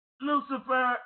Lucifer